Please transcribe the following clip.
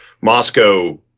moscow